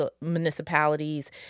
municipalities